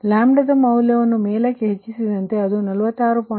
ನೀವು ದ ಮೌಲ್ಯವನ್ನು ಮೇಲಕ್ಕೆ ಹೆಚ್ಚಿಸಿದಂತೆ ಅದು 46